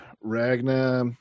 Ragna